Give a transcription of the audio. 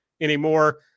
anymore